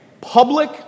public